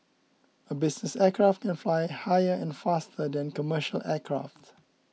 a business aircraft can fly higher and faster than commercial aircraft